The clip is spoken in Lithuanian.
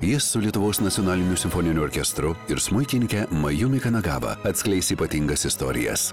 jis su lietuvos nacionaliniu simfoniniu orkestru ir smuikininke majumi chanagaba atskleis ypatingas istorijas